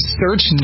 search